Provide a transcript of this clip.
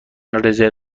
رزرو